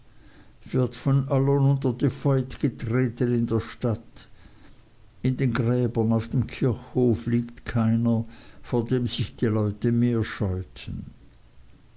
wird von allen unner de foit treten in der stadt in den gräbern auf dem kirchhof liegt keiner vor dem sich die leute mehr scheuten